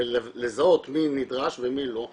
ולזהות מי נדרש ומי לא,